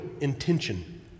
intention